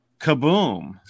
Kaboom